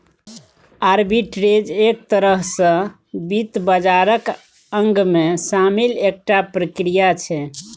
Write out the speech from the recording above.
arbitrage एक तरह सँ वित्त बाजारक अंगमे शामिल एकटा प्रक्रिया छै